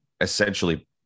essentially